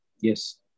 Yes